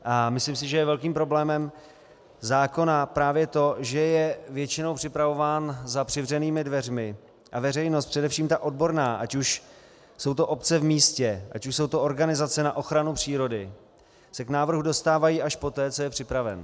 A myslím si, že je velkým problémem zákona právě to, že je většinou připravován za přivřenými dveřmi a veřejnost, především ta odborná, ať už jsou to obce v místě, ať už jsou to organizace na ochranu přírody, se k návrhu dostává až poté, co je připraven.